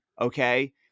Okay